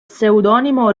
pseudonimo